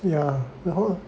yeah 然后